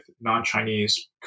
non-Chinese